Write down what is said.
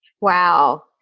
Wow